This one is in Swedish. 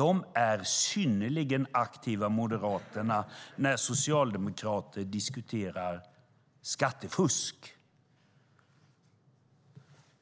Moderaterna är synnerligen aktiva när socialdemokrater diskuterar skattefusk.